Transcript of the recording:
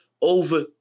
over